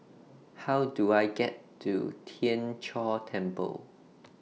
How Do I get to Tien Chor Temple